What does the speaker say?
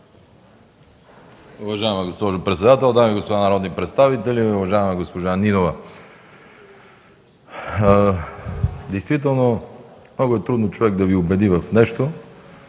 Уважаема госпожо председател, дами и господа народни представители! Уважаема госпожо Нинова, действително много е трудно човек да Ви убеди в нещо